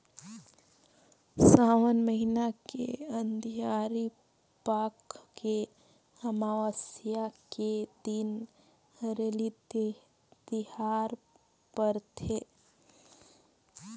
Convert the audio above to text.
सावन महिना के अंधियारी पाख के अमावस्या के दिन हरेली तिहार परथे